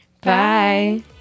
Bye